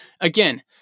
again